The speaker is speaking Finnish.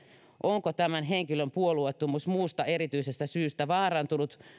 onko tämän henkilön puolueettomuus muusta erityisestä syystä vaarantunut